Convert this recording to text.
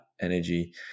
energy